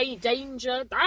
danger